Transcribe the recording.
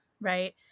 Right